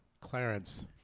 Clarence